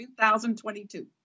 2022